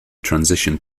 transition